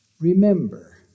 Remember